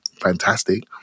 fantastic